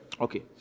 Okay